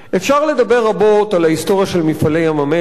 אפשר לדבר רבות על ההיסטוריה של "מפעלי ים-המלח"